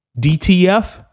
DTF